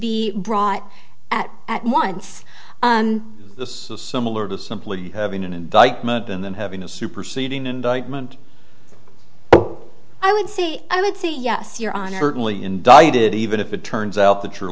be brought at at once the similar to simply having an indictment and then having a superseding indictment i would say i would say yes your honor hurting lee indicted even if it turns out the true